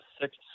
six